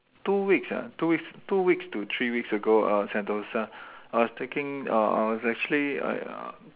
two weeks ah two weeks two weeks to three weeks ago uh Sentosa I was taking I I was actually uh